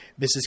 Mrs